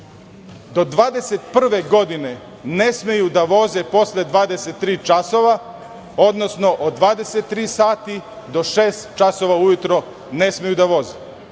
do 2021. godine ne smeju da voze posle 23 časova, odnosno od 23 sata do 6 časova ujutru ne smeju da voze.